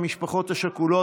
המשפחות השכולות,